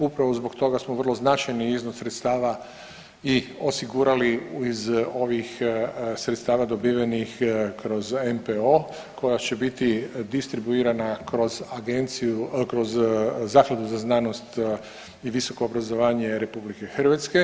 Upravo zbog toga smo vrlo značajni iznos sredstava i osigurali iz ovih sredstava dobivenih kroz NPO koja će biti distribuirana kroz agenciju kroz Zakladu za znanost i visoko obrazovanje RH.